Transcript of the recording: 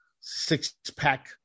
six-pack